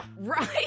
Right